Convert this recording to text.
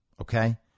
Okay